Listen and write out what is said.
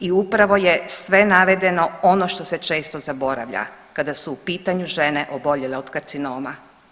I upravo je sve navedeno ono što se često zaboravlja kada su u pitanju žene oboljele od karcinoma.